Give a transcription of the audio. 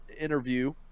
interview